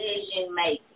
Decision-making